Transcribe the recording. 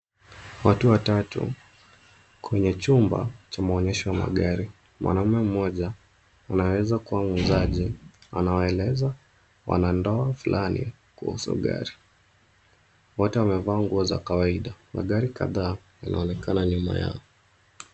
Watu watatu kwenye chumba cha maonyesho ya magari. Mwanamume mmoja anaweza kuwa muuzaji anawaeleza wanandoa fulani kuhusu gari. Wote wamevaa nguo za kawaida. Magari kadhaa yanaonekana nyuma yao.